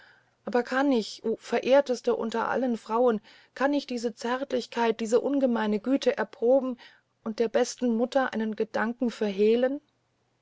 aber kann ich o verehrteste unter allen frauen kann ich diese zärtlichkeit diese ungemeine güte erproben und der besten mutter einen gedanken verhehlen